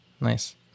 Nice